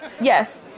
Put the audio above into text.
yes